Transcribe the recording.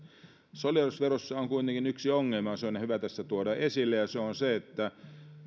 solidaarisuusverossa on kuitenkin yksi ongelma ja se on hyvä tässä tuoda esille se on se että